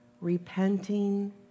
repenting